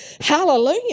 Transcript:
hallelujah